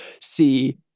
see